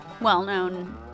well-known